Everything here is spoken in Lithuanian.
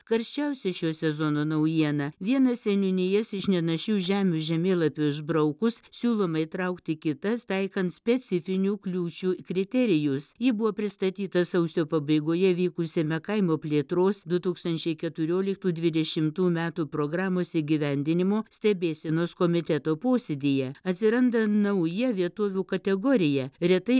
karščiausia šio sezono naujiena vienas seniūnijas iš nenašių žemių žemėlapių išbraukus siūloma įtraukti kitas taikant specifinių kliūčių kriterijus ji buvo pristatyta sausio pabaigoje vykusiame kaimo plėtros du tūkstančiai keturioliktų dvidešimtų metų programos įgyvendinimo stebėsenos komiteto posėdyje atsiranda nauja vietovių kategorija retai